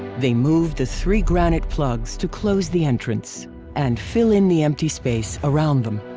they move the three granite plugs to close the entrance and fill in the empty space around them.